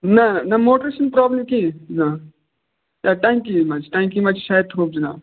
نَہ نَہ نَہ موٹرَس چھِنہٕ پرٛابلِم کِہیٖنۍ نَہ ٹیٚنٛکی منٛز چھِ ٹیٚنٛکی منٛز چھِ شایَد تھوٚپ جناب